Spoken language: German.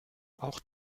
auch